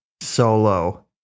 solo